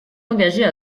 engagées